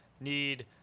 need